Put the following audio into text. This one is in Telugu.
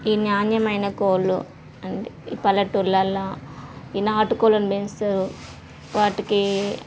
ఈ న్యాణ్యమైన కోళ్ళు అం ఈ పల్లెటూళ్ళలో ఈ నాటు కోళ్ళను పెంచుతారు వాటికి